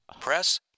press